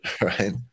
Right